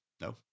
No